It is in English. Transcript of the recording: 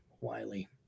Wiley